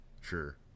Sure